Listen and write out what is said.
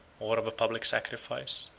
or of a public sacrifice,